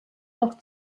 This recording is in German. noch